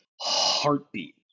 heartbeat